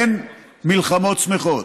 אין מלחמות שמחות.